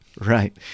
Right